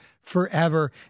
forever